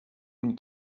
une